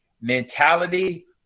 mentality